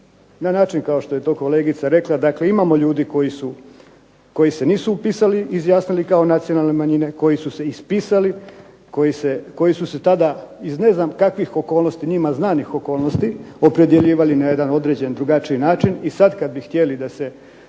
na način kao što je to kolegica rekla, dakle imamo ljudi koji se nisu upisali i izjasnili kao nacionalne manjine, koji su se ispisali, koji su se tada iz ne znam kakvih okolnosti, njima znanih okolnosti opredjeljivali na jedan određen drugačiji način i sad kad bi htjeli da se